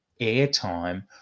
airtime